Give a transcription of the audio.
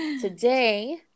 Today